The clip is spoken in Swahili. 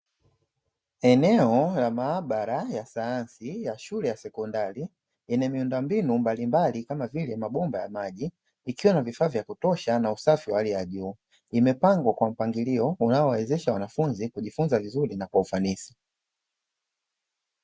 Eneo la maabara ya sayansi ya shule ya sekondari, yenye miundombinu mbalimbali kama vile mabomba ya maji, ikiwa ina vifaa vya kutosha na usafi wa hali ya juu, imepangwa kwa mpangilio unaowawezesha wanafunzi kujifunza vizuri na kwa ufanisi.